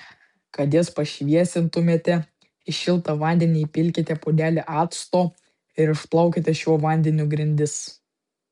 kad jas pašviesintumėte į šiltą vandenį įpilkite puodelį acto ir išplaukite šiuo vandeniu grindis